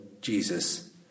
Jesus